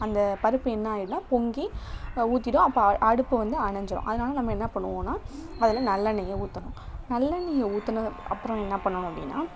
அந்த பருப்பு என்ன ஆயிடும்ன்னா பொங்கி ஊற்றிடும் அப்போ அடுப்பு வந்து அணைஞ்சிடும் அதனால நம்ம என்ன பண்ணுவோம்னா அதில் நல்லெண்ணெயை ஊற்றணும் நல்லெண்ணையை ஊற்றுன அப்புறம் என்ன பண்ணணும் அப்படின்னா